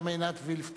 גם עינת וילף תהיה,